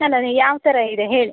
ಅಲ್ಲಲ್ಲ ಯಾವ ಥರ ಇದೆ ಹೇಳಿ